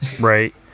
Right